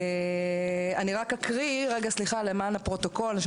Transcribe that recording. אקריא למען הפרוטוקול: